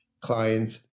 clients